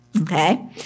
Okay